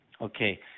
Okay